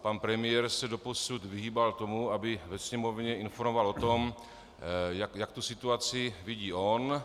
Pan premiér se doposud vyhýbal tomu, aby ve Sněmovně informoval o tom, jak tu situaci vidí on.